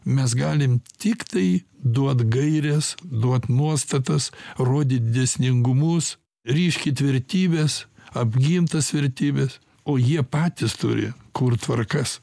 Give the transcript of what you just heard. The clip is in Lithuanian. mes galim tiktai duot gaires duot nuostatas rodyt dėsningumus ryškyt vertybes apgint tas vertybes o jie patys turi kurt tvarkas